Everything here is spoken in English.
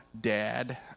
dad